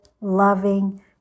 loving